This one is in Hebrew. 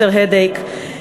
cluster headache,